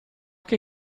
che